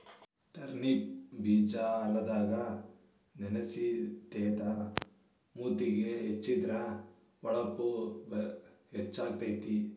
turnip ಬೇಜಾ ಹಾಲದಾಗ ನೆನಸಿ ತೇದ ಮೂತಿಗೆ ಹೆಚ್ಚಿದ್ರ ಹೊಳಪು ಹೆಚ್ಚಕೈತಿ